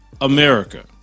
America